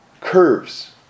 curves